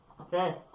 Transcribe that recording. okay